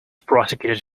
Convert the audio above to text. prosecuted